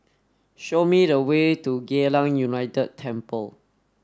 show me the way to Geylang United Temple